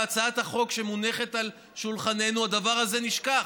בהצעת החוק שמונחת על שולחננו הדבר הזה נשכח.